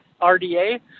RDA